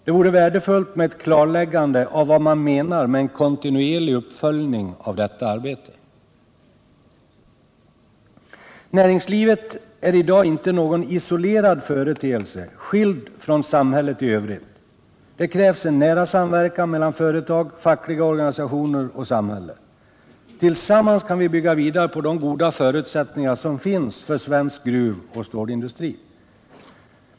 Det vore värdefullt med ett klarläggande av vad utskottet menar med en kontinuerlig uppföljning av det arbetet. Näringslivet är i dag inte någon isolerad företeelse, skild från samhället i övrigt. Det krävs en nära samverkan mellan företag, fackliga organisationer och samhälle. Tillsammans kan vi bygga vidare på de goda förutsättningar som finns för svensk gruvoch stålindustri.